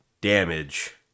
damage